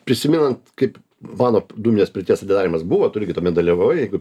prisimenant kaip mano dūminės pirties atidarymas buvo tu irgi tuomet dalyvavai jeigu